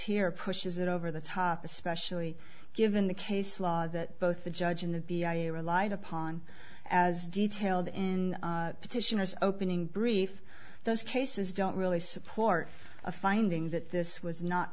here pushes it over the top especially given the case law that both the judge and the b i l relied upon as detailed in petitioners opening brief those cases don't really support a finding that this was not